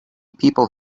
people